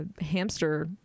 hamster